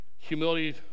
humility